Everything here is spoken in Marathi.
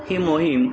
ही मोहीम